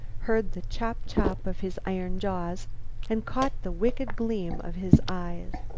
heard the chop-chop of his iron jaws and caught the wicked gleam of his eyes.